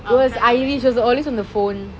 I was trying my best